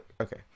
okay